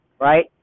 right